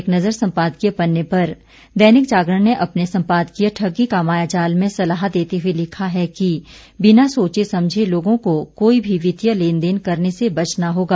एक नज़र संपादकीय पन्ने पर दैनिक जागरण ने अपने संपादकीय ठगी का मायाजाल में सलाह देते हुए लिखा है कि बिना सोचे समझे लोगों को कोई भी वित्तीय लेनदेन करने से बचना होगा